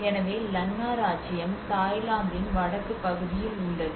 எனவே லன்னா இராச்சியம் தாய்லாந்தின் வடக்கு பகுதியில் உள்ளது